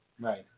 Right